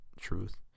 truth